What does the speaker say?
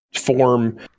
form